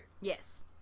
Yes